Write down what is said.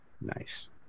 Nice